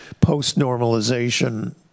post-normalization